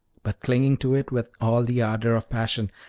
but clinging to it with all the ardor of passion,